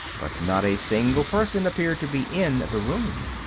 but not a single person appeared to be in the room.